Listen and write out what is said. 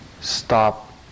stop